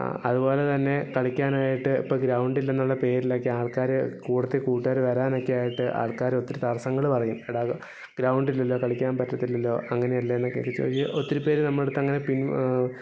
അതുപോലെ തന്നെ കളിക്കാനായിട്ട് ഇപ്പം ഗ്രൗണ്ടില്ലെന്നുള്ള പേരിലെക്കെ ആൾക്കാർ കൂട്ടത്തിൽ കൂട്ടുകാർ വരാനൊക്കെയായിട്ട് ആൾക്കാർ ഒത്തിരി തടസ്സങ്ങൾ പറയും എടാ ഗ്രൗണ്ടില്ലല്ലോ കളിക്കാൻ പറ്റത്തില്ലല്ലോ അങ്ങനെയല്ലേ എന്നൊക്കെ ചെറിയ ഒത്തിരി പേര് നമ്മളെടുത്ത് ഇങ്ങനെ പിന്നെ